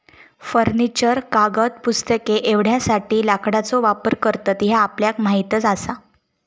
furniture, कागद, पुस्तके एवढ्यासाठी लाकडाचो वापर करतत ह्या आपल्याक माहीतच आसा